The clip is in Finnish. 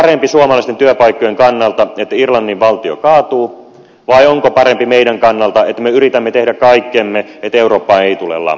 onko parempi suomalaisten työpaikkojen kannalta että irlannin valtio kaatuu vai onko parempi meidän kannaltamme että me yritämme tehdä kaikkemme että eurooppaan ei tule lamaa